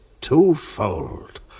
Twofold